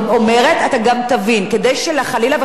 אתה גם תבין: כדי שחלילה וחס לאחר מכן